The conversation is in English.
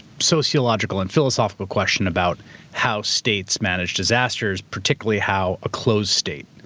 sociological and philosophical question about how states manage disasters, particularly how a closed state,